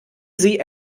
sie